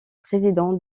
président